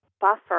Buffer